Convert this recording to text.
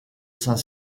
saint